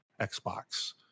Xbox